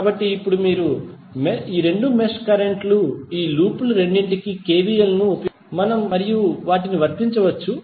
కాబట్టి ఇప్పుడు మీరు రెండు మెష్ కరెంట్ లు ఈ లూప్ లు రెండింటికీ KVL లను ఉపయోగించవచ్చు మరియు వర్తించవచ్చు